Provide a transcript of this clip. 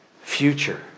future